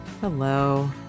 hello